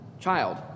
child